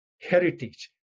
heritage